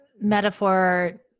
metaphor